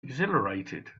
exhilarated